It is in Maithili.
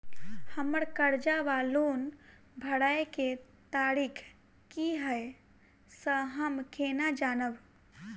हम्मर कर्जा वा लोन भरय केँ तारीख की हय सँ हम केना जानब?